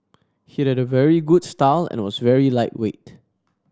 he had a very good style and was very lightweight